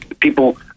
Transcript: people